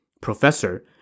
Professor